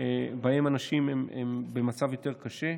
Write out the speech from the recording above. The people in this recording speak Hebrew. שבהם הנשים הן במצב יותר קשה.